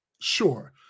Sure